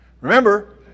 Remember